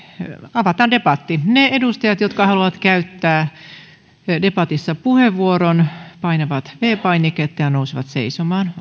avataan debatti ne edustajat jotka haluavat käyttää debatissa puheenvuoron painavat viides painiketta ja nousevat seisomaan